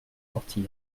sortir